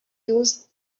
used